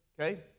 Okay